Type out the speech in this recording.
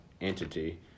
entity